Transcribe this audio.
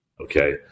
Okay